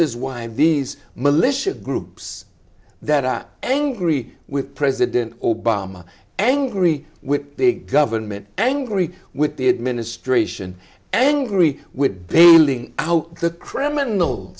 is why these militia groups that are angry with president obama angry with big government angry with the administration angry with bailing out the criminal